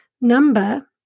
number